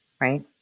right